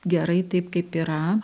gerai taip kaip yra